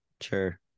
Sure